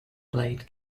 played